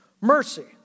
Mercy